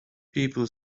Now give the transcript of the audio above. people